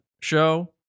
show